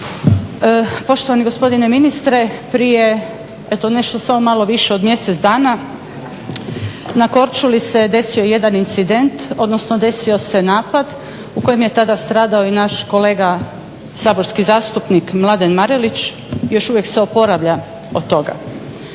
Poštovani gospodine ministre prije, eto nešto samo malo više od mjesec dana na Korčuli se desio jedan incident, odnosno desio se napad u kojem je tada stradao i naš kolega saborski zastupnik Mladen Marelić, još uvijek se oporavlja od toga.